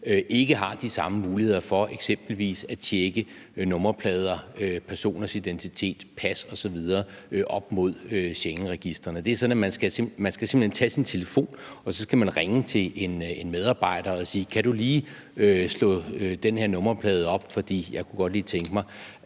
ikke har de samme muligheder for eksempelvis at tjekke nummerplader, personers identitet, pas osv. op mod Schengenregistrene. Det er sådan, at man simpelt hen skal tage sin telefon, og så skal man ringe til en medarbejder og sige: Kan du lige slå den her nummerplade op, for jeg kunne godt lige tænke mig